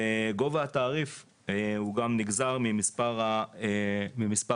וגובה התעריף הוא גם נגזר ממספר הנישומים.